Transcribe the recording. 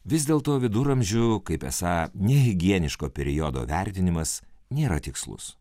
vis dėlto viduramžių kaip esą nehigieniško periodo vertinimas nėra tikslus